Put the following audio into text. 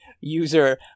User